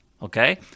Okay